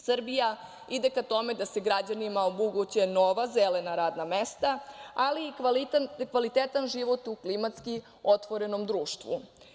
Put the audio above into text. Srbija ide ka tome da se građanima omoguće nova zelena radna mesta, ali i kvalitetan život u klimatski otvorenom društvu.